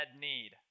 need